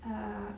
err